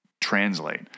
translate